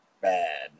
bad